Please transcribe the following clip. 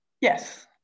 Yes